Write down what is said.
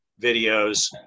videos